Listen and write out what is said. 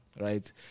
right